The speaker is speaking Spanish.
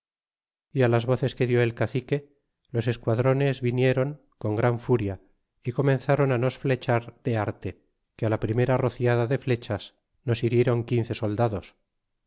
y las voces que dió el cacique los esquadrones vinie ron con gran furia y comenzron nos flechar de arte que la primera rociada de flechas nos hirieron quince soldados